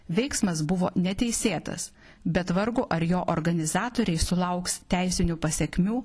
veiksmas buvo neteisėtas bet vargu ar jo organizatoriai sulauks teisinių pasekmių